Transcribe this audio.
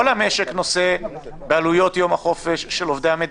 שהיה מפקד הכוחות הבריטיים בארץ ישראל בתקופת המאבק של היישוב